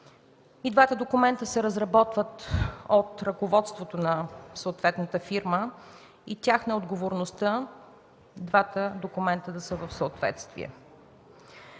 двата документа се разработват от ръководството на съответната фирма и тяхна е отговорността двата документа да са в съответствие.